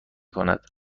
کند